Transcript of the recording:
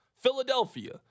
Philadelphia